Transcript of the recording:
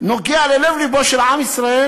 נוגע ללב-לבו של עם ישראל,